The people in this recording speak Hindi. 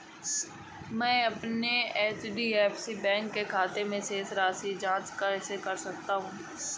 मैं अपने एच.डी.एफ.सी बैंक के खाते की शेष राशि की जाँच कैसे कर सकता हूँ?